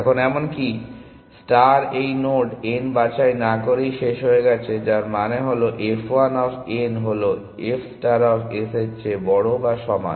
এখন এমনকি ষ্টার এই নোড n বাছাই না করেই শেষ হয়ে গেছে যার মানে হল f 1 অফ n হলো f ষ্টার অফ s এর চেয়ে বড় বা সমান